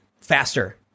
faster